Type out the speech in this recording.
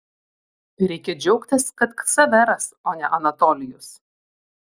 reikia džiaugtis kad ksaveras o ne anatolijus